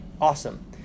awesome